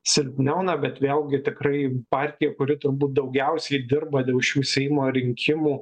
silpniau na bet vėlgi tikrai partija kuri turbūt daugiausiai dirba dėl šių seimo rinkimų